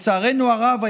לצערנו הרב,